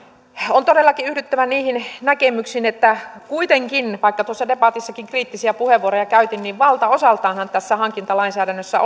on todellakin yhdyttävä niihin näkemyksiin että kuitenkin vaikka tuossa debatissakin kriittisiä puheenvuoroja käytin valtaosaltaanhan tässä hankintalainsäädännössä